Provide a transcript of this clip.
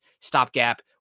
stopgap